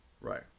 Right